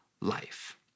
life